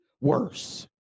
worse